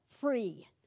free